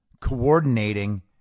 coordinating